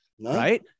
right